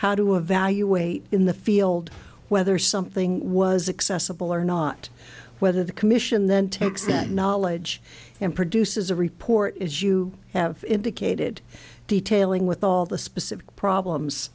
how to evaluate in the field whether something was accessible or not whether the commission then takes that knowledge and produces a report as you have indicated detailing with all the specific problems